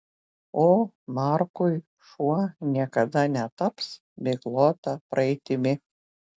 o markui šuo niekada netaps miglota praeitimi